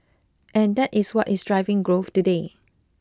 and that is what is driving growth today